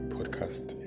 Podcast